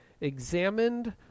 examined